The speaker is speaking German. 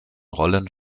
rollen